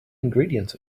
ingredients